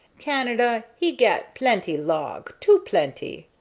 canada, he gat plenty log too plenty.